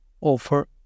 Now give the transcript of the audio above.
offer